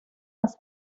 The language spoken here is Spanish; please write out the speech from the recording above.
las